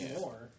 more